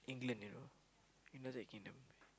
England you know United-Kingdom